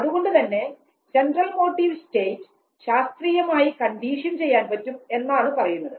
അതുകൊണ്ടുതന്നെ central motive state ശാസ്ത്രീയമായി condition ചെയ്യാൻ പറ്റും എന്നാണ് പറയുന്നത്